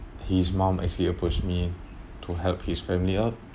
his mum actually approached me to help his family out